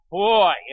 boy